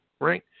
right